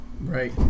Right